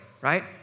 right